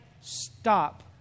stop